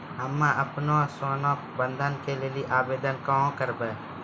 हम्मे आपनौ सोना बंधन के लेली आवेदन कहाँ करवै?